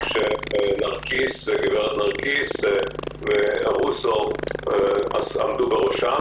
שגברת נרקיס ורוסו עמדו בראשה.